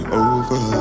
over